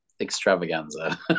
Extravaganza